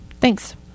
Thanks